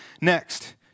Next